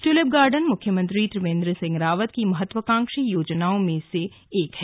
tulip garden मुख्यमंत्री त्रिवेन्द्र सिंह रावत की महत्वाकांक्षी योजनाओं में शामिल है